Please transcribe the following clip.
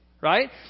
right